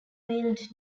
wheeled